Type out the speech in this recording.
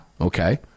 Okay